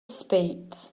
spades